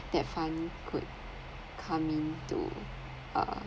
that fund could come in to uh